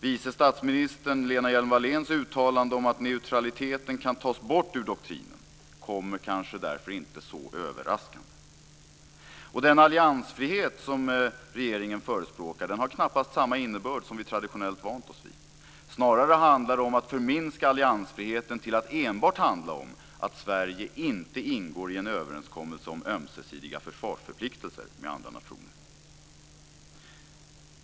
Vice statsministern Lena Hjelm-Walléns uttalande om att neutraliteten kan tas bort ur doktrinen kommer kanske därför inte så överraskande. Den alliansfrihet som regeringen förespråkar har knappast samma innebörd som vi traditionellt vant oss vid. Snarare handlar det om att förminska alliansfriheten till att enbart handla om att Sverige inte ingår i en överenskommelse om ömsesidiga försvarsförpliktelser med andra nationer.